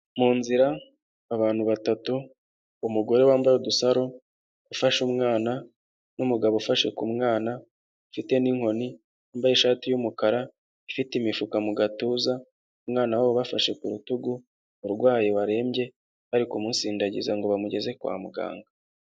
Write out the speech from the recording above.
Mu nzira abantu batatu, umugore wambaye udusaro ufashe umwana, n'umugabo ufashe ku mwana, ufite n'inkoni, yambaye ishati y'umukara ifite imifuka mu gatuza, umwana wabo bafashe ku rutugu, urwaye warembye bari kumusindagiza ngo bamugeze kwa muganga.